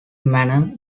manner